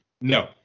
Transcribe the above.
No